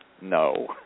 no